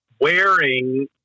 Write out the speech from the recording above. wearing